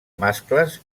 mascles